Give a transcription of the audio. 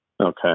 Okay